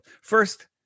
First